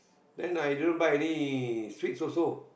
then i didn't buy any sweet also